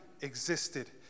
existed